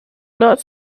not